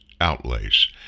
outlays